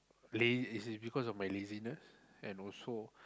lazy is because of my laziness and also